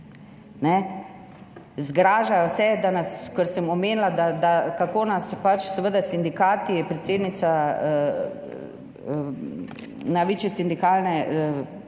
zgražajo se, ker sem omenila, kako nas pač seveda sindikati, predsednica največje sindikalne organizacije